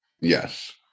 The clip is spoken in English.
Yes